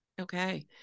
Okay